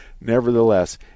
Nevertheless